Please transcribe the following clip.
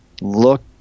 look